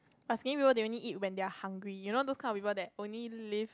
but skinny people they only eat when they are hungry you know those kind of people that only live